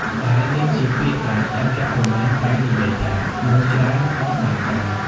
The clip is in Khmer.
ដែលនេះជាពាក្យដែលចាស់ៗរមែងតែងនិយាយថា មនុស្សច្រើន អត់បានការ។